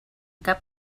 cap